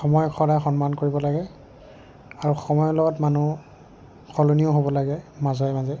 সময়ক সদায় সন্মান কৰিব লাগে আৰু সময়ৰ লগত মানুহ সলনিও হ'ব লাগে মাজে মাজে